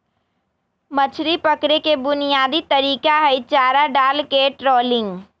मछरी पकड़े के बुनयादी तरीका हई चारा डालके ट्रॉलिंग